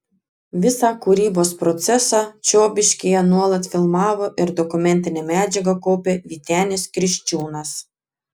visą kūrybos procesą čiobiškyje nuolat filmavo ir dokumentinę medžiagą kaupė vytenis kriščiūnas